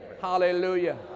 Hallelujah